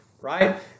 right